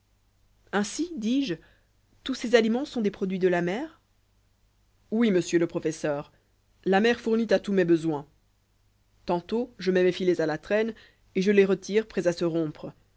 ainsi dis-je tous ces aliments sont des produits de la mer oui monsieur le professeur la mer fournit à tous mes besoins tantôt je mets mes filets a la traîne et je les retire